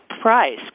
price